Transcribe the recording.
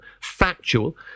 factual